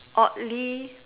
oddly